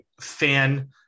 fan